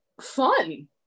fun